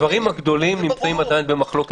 הדברים הגדולים נמצאים עדיין במחלוקת